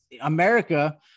America